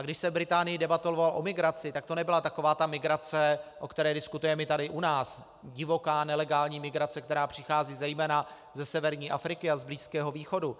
Když se v Británii debatovalo o migraci, tak to nebyla taková ta migrace, o které diskutujeme my tady u nás divoká nelegální migrace, která přichází zejména ze severní Afriky a z Blízkého východu.